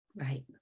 Right